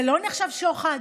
זה לא נחשב שוחד,